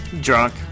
drunk